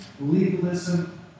legalism